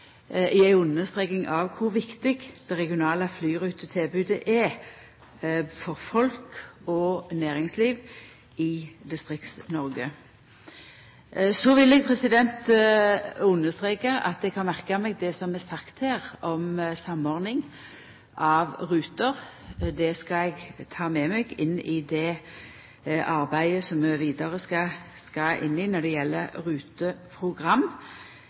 i ei understreking av kor viktig det regionale flyrutetilbodet er for folk og næringsliv i Distrikts-Noreg. Så vil eg streka under at eg har merka meg det som vart sagt her om samordning av ruter. Det skal eg ta med meg i det vidare arbeidet når det gjeld ruteprogram.